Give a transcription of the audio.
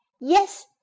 Yes